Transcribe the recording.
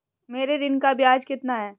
मेरे ऋण का ब्याज कितना है?